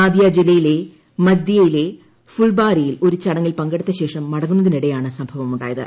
നാദിയ ജില്ല യിലെ മജ്ദിയയിലെ ഫുൽബാരിയിൽ ഒരു ചടങ്ങിൽ പങ്കെടുത്ത ശേഷം മടങ്ങുന്നതിനിടെയാണ് സംഭവം ഉണ്ടായത്